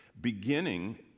beginning